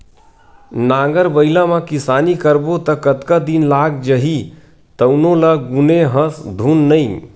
नांगर बइला म किसानी करबो त कतका दिन लाग जही तउनो ल गुने हस धुन नइ